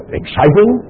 exciting